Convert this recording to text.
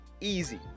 Easy